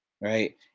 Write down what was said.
right